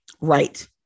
right